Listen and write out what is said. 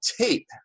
tape